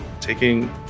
Taking